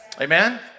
Amen